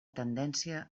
tendència